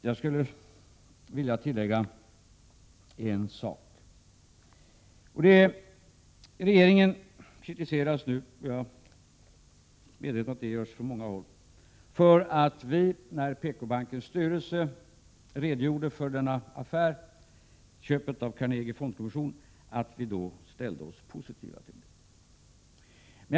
Jag skulle vilja tillägga en sak: Regeringen kritiseras nu — jag är medveten om att det har gjorts under många år — för att vi, när PKbankens styrelse redogjorde för denna affär, köpet av Carnegie Fondkommission, ställde oss positiva till den.